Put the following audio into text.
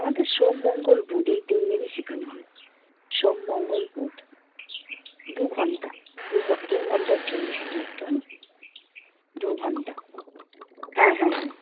আমাদের সোম মঙ্গল বুধ এই তিন দিনই শেখানো হয় সোম মঙ্গল বুধ দুঘণ্টা দুঘণ্টার জন্য শুধুমাত্র হ্যাঁ দুঘণ্টা হ্যাঁ হ্যাঁ হ্যাঁ